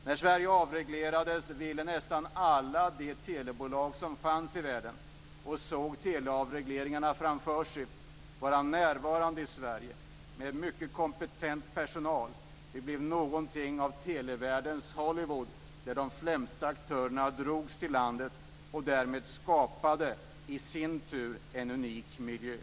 När Sverige avreglerade ville nästan alla de telebolag som fanns i världen och som såg teleavregleringar framför sig vara närvarande i Sverige med mycket kompetent personal. Sverige blev någonting av televärldens Hollywood, och de främsta aktörerna drogs till landet. Därmed skapades i sin tur en unik miljö.